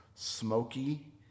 Smoky